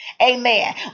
amen